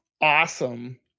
awesome